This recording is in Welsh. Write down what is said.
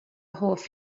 hoff